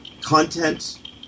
Content